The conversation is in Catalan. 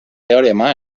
teorema